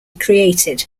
created